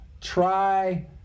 try